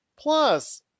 Plus